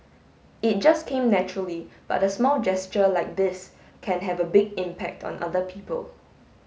it just came naturally but a small gesture like this can have a big impact on other people